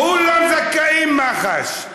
כולם זכאי מח"ש.